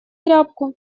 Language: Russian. тряпку